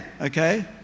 okay